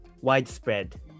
widespread